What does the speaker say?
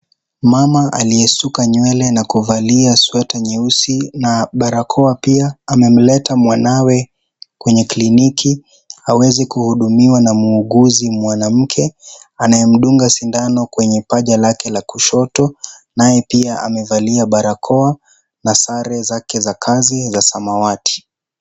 Mama aliyesuka nywele na kuvalia sweta nyeusi na barakoa pia ,amemleta mwanawe kwenye kliniki aweze kuhudumiwa na muuguzi mwanamke, anayemdunga sindano kwenye paja lake la kushoto. Naye pia amevalia barakoa na sare zake za kazi za samawati.